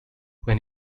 when